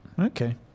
Okay